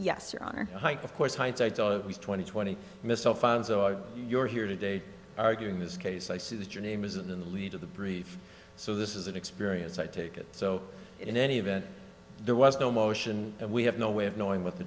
of course hindsight's always twenty twenty missile funds are you're here today arguing this case i see that your name isn't in the lead of the brief so this is an experience i take it so in any event there was no motion and we have no way of knowing what the